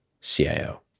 CIO